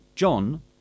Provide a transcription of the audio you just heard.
John